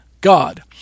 God